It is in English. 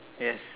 yes